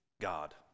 God